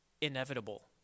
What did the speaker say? inevitable